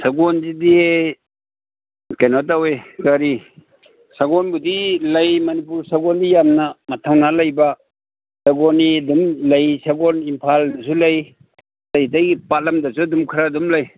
ꯁꯒꯣꯜꯁꯤꯗꯤ ꯀꯩꯅꯣ ꯇꯧꯏ ꯀꯔꯤ ꯁꯒꯣꯜꯕꯨꯗꯤ ꯂꯩ ꯃꯅꯤꯄꯨꯔ ꯁꯒꯣꯜꯗꯤ ꯌꯥꯝꯅ ꯃꯊꯧꯅꯥ ꯂꯩꯕ ꯁꯒꯣꯜꯅꯤ ꯑꯗꯨꯝ ꯂꯩ ꯁꯒꯣꯜ ꯏꯝꯐꯥꯜꯁꯨ ꯂꯩ ꯑꯇꯩ ꯑꯇꯩ ꯄꯥꯠꯂꯝꯗꯁꯨ ꯑꯗꯨꯝ ꯈꯔ ꯑꯗꯨꯝ ꯂꯩ